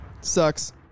sucks